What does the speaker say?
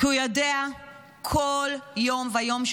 כי הוא יודע כל יום ויום,